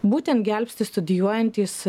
būtent gelbsti studijuojantys